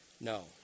No